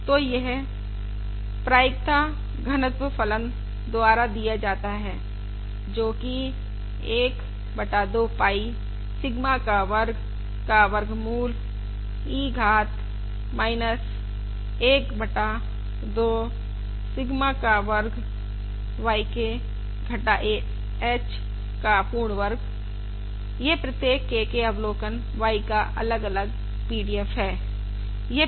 तो यह प्रायिकता घनत्व फलन द्वारा दिया जाता है जो कि 1 बटा 2 पाई सिग्मा का वर्ग का वर्गमूल e घात 1 बटा 2 सिग्मा का वर्ग yk घटा h का पूर्ण वर्ग यह प्रत्येक K के अवलोकन y का अलग अलग PDF है